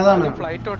um unemployed